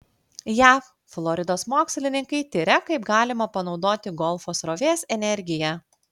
jav floridos mokslininkai tiria kaip galima panaudoti golfo srovės energiją